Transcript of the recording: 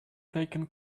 taken